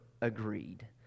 agreed